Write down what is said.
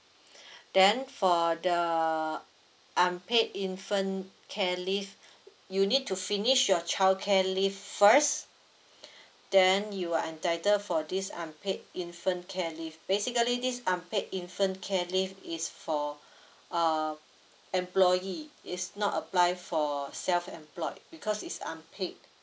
then for the unpaid infant care leave you need to finish your childcare leave first then you are entitled for this unpaid infant care leave basically this unpaid infant care leave is for uh employee is not apply for self employed because is unpaid